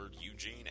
Eugene